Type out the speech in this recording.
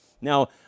Now